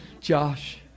Josh